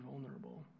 vulnerable